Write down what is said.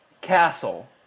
Castle